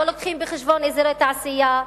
לא מביאים בחשבון אזורי תעשייה?